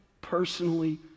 personally